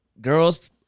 girls –